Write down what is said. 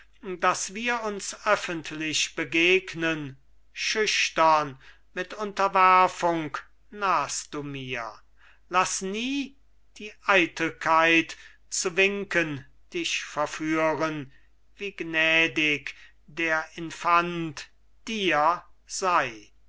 daß wir uns öffentlich begegnen schüchtern mit unterwerfung nahst du mir laß nie die eitelkeit zu winken dich verführen wie gnädig der infant dir sei